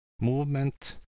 movement